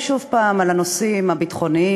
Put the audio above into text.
גברתי היושבת-ראש,